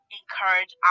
encourage